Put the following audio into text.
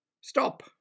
Stop